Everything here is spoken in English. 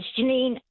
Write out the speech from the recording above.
Janine